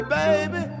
baby